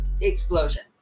explosion